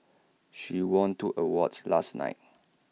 she won two awards last night